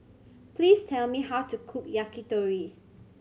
please tell me how to cook Yakitori